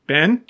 Ben